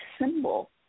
symbol